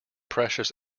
precious